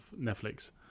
netflix